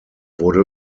wurde